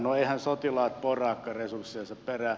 no eiväthän sotilaat poraakaan resurssiensa perään